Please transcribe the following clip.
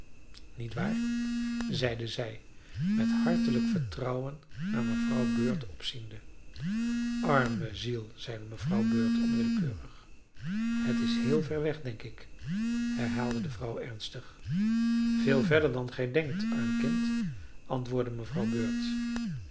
niet waar zeide zij met hartelijk vertrouwen naar mevrouw bird opziende arme ziel zeide mevrouw bird onwillekeurig het is heel ver weg denk ik herhaalde de vrouw ernstig veel verder dan gij denkt arm kind antwoordde mevrouw bird